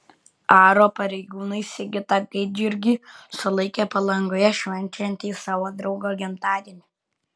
aro pareigūnai sigitą gaidjurgį sulaikė palangoje švenčiantį savo draugo gimtadienį